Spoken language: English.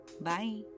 Bye